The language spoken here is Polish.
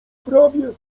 prawie